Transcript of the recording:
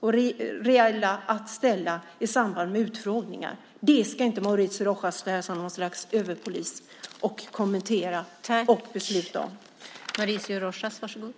och reella att ställa i samband med utfrågningar. Det ska inte Mauricio Rojas stå här som något slags överpolis och kommentera och besluta om.